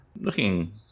looking